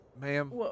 ma'am—